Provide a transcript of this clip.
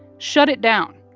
shut it down.